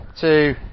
two